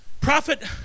prophet